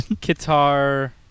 Guitar